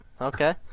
Okay